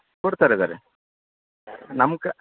ಕೊಡ್ತಾರೆ ಸರ್ ನಮ್ಕ